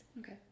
Okay